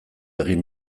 egin